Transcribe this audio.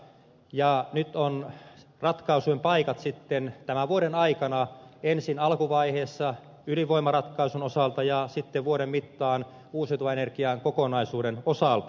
nyt on ratkaisujen paikat sitten tämän vuoden aikana ensin alkuvaiheessa ydinvoimaratkaisun osalta ja sitten vuoden mittaan uusiutuvan energian kokonaisuuden osalta